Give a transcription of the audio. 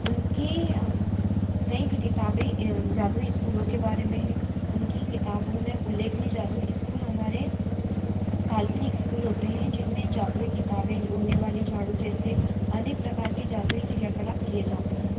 उनके कई किताबें जादुई स्कूलों के बारे में है उनकी किताबों में उल्लेखनीय जादुई स्कूल हमारे काल्पनिक स्कूल होते हैं जिनमें जादुई किताबें जो उड़ने वाले झाड़ू जैसे अनेक प्रकार के जादुई क्रिया कलाप किए ज़ाते हैं